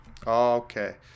okay